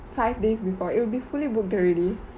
five days before it will be fully booked already